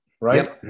right